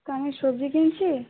তা আমি সবজি কিনছি